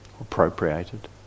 appropriated